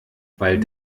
weil